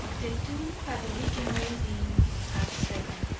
the two had originally been a seven,